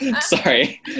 Sorry